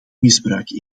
misbruik